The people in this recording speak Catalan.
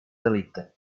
delicte